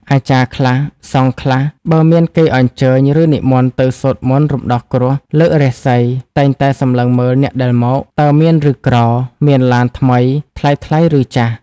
អាចារ្យខ្លះ សង្ឃខ្លះ បើមានគេអញ្ជើញ ឬនិមន្តទៅសូត្រមន្តរំដោះគ្រោះ លើករាសី តែងតែសម្លឹងមើលអ្នកដែលមក តើមានឬក្រ មានឡានថ្មីថ្លៃៗឬចាស់ ។